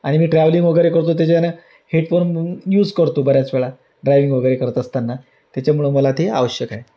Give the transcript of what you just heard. आणि मी ट्रॅव्हलिंग वगैरे करतो त्याच्यानं हेडफोन यूज करतो बऱ्याच वेळा ड्रायविंग वगैरे करत असताना त्याच्यामुळं मला ते आवश्यक आहे